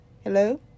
Hello